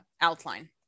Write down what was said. outline